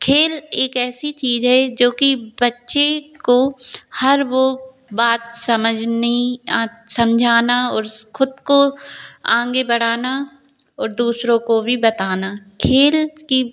खेल एक ऐसी चीज़ है जोकि बच्चे को हर वह बात समझनी समझाना और खुद को आगे बढ़ाना और दूसरों को भी बताना खेल की